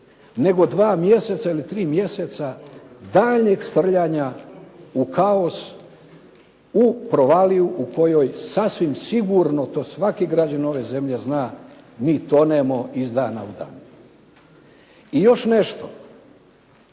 nego dva mjeseca ili tri mjeseca daljnjeg srljanja u kaos, u provaliju u kojoj sasvim sigurno, to svaki građanin ove zemlje zna, mi tonemo iz dana u dan. I još nešto,